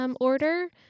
order